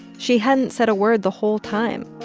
she hadn't said a word the whole time.